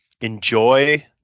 enjoy